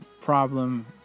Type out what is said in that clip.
problem